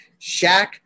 Shaq